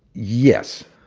yes.